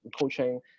coaching